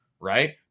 Right